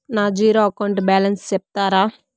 నా zero account balance సెప్తారా?